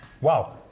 Wow